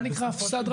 מה נקרא הפס"ד?